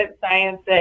science